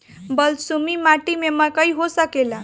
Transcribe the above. बलसूमी माटी में मकई हो सकेला?